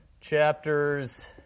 chapters